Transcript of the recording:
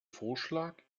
vorschlag